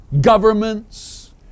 governments